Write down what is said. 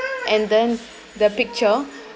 and then the picture